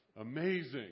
amazing